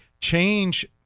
change